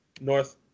north